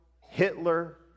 Hitler